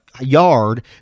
yard